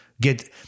get